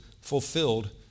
fulfilled